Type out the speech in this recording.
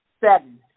Seven